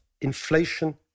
inflation